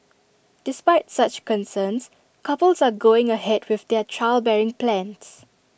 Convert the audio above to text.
despite such concerns couples are going ahead with their childbearing plans